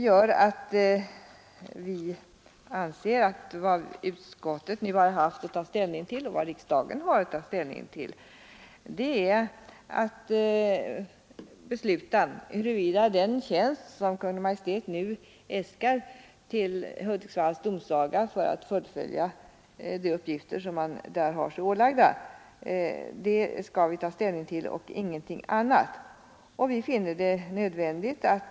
Vi anser att vad utskottet nu har haft att ta ställning till och vad riksdagen har att ta ställning till är den tjänst som Kungl. Maj:t nu äskar till Hudiksvalls domsaga för att domsagan skall kunna fullgöra sina uppgifter. Någonting annat är det inte fråga om.